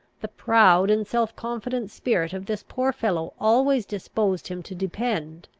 the proud and self-confident spirit of this poor fellow always disposed him to depend,